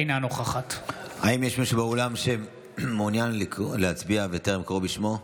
אינה נוכחת האם יש מישהו באולם שמעוניין להצביע וטרם קראו בשמו?